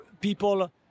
people